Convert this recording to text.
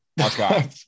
Okay